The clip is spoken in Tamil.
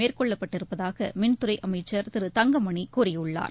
மேற்கொள்ளப்பட்டிருப்பதாக மின்துறை அமைச்சர் திரு தங்கமணி கூறியுள்ளார்